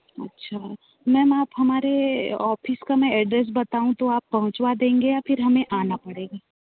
अच्छा मेम आप हमारे ऑफिस का मैं एड्रेस बताऊँ तो आप पहुँचवा देंगे या फिर हमें आना पड़ेगा